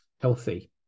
healthy